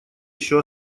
ещё